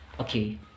okay